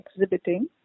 exhibiting